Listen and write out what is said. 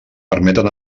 permeten